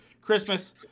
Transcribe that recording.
Christmas